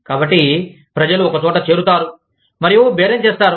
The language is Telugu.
కాబట్టి ప్రజలు ఒకచోట చేరతారు మరియు బేరం చేస్తారు